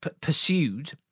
pursued